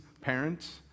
parents